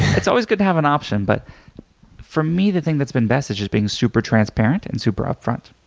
it's always good to have an option. but for me, the thing that's been best is just being super transparent and super up front.